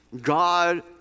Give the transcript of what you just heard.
God